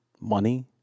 Money